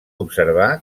observar